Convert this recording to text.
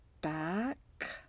back